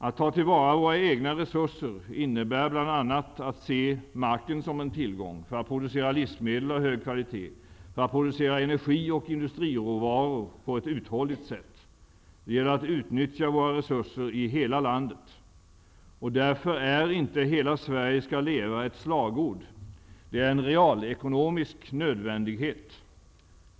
Att ta till vara våra egna resurser innebär bl.a. att se marken som en tillgång, för att producera livsmedel av hög kvalitet, för att producera energioch industriråvaror på ett uthålligt sätt. Det gäller att utnyttja våra resurser i hela landet. Därför är inte ”hela Sverige skall leva” ett slagord. Det är en realekonomisk nödvändighet.